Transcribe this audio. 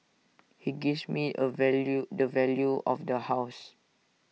he gives me A value the value of the house